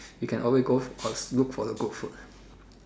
we can always go all look for the good food